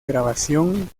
grabación